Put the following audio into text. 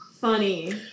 funny